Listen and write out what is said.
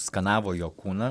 skanavo jo kūną